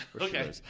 Okay